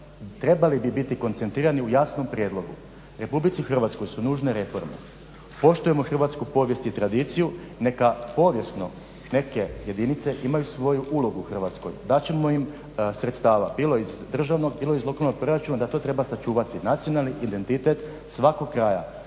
trebali bi biti koncentrirani u jasnom prijedlogu. Republici Hrvatskoj su nužne reforme, poštujemo hrvatsku povijest i tradiciju. Neka povijesno neke jedinice imaju svoju ulogu u Hrvatskoj. Dat ćemo im sredstava bilo iz državnog, bilo iz lokalnog proračuna da to treba sačuvati. Nacionalni identitet svakog kraja,